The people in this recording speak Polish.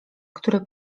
który